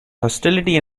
hostility